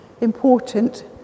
important